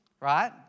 right